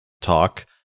talk